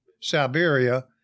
Siberia